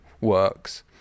works